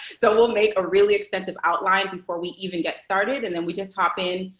so we'll make a really extensive outline before we even get started. and then we just hop in.